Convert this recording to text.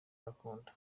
bakunda